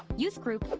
youth group,